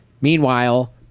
Meanwhile